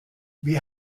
wie